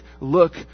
look